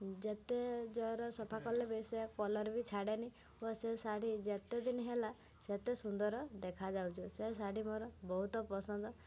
ଯେତେ ଜୋରରେ ସଫା କଲେ ବି ସେ କଲର୍ ବି ଛାଡ଼େନି ଓ ସେ ଶାଢ଼ୀ ଯେତେଦିନ ହେଲା ସେତେ ସୁନ୍ଦର ଦେଖାଯାଉଛି ସେ ଶାଢ଼ୀ ମୋର ବହୁତ ପସନ୍ଦ